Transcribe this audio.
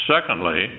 Secondly